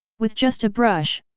with just a brush,